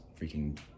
freaking